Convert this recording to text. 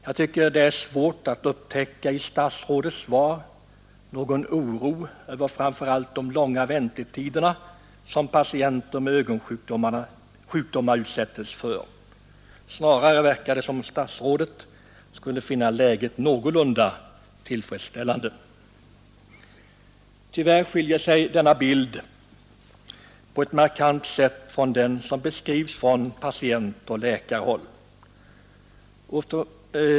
Jag tycker att det är svårt att i statsrådets svar upptäcka någon oro över framför allt de långa väntetider som patienter med ögonsjukdomar utsättes för. Det verkar snarare som om statsrådet fann läget vara någorlunda tillfredsställande. Tyvärr skiljer sig denna bild på ett markant sätt från den som beskrivs från patientoch läkarhåll.